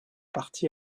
parti